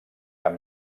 cap